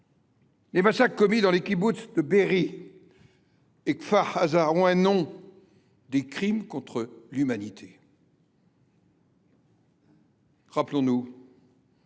Les massacres commis dans les kibboutz de Be’eri et de Kfar Aza ont un nom : des crimes contre l’humanité. Rappelons-nous